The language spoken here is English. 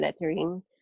lettering